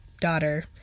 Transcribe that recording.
daughter